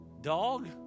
Dog